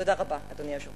תודה רבה, אדוני היושב-ראש.